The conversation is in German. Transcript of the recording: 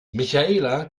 michaela